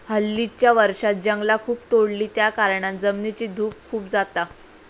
हल्लीच्या वर्षांत जंगला खूप तोडली त्याकारणान जमिनीची धूप खूप जाता